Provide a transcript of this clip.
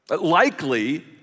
Likely